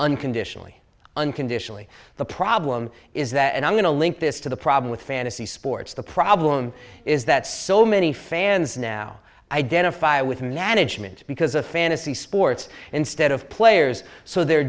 unconditionally unconditionally the problem is that and i'm going to link this to the problem with fantasy sports the problem is that so many fans now identify with management because a fantasy sports instead of players so their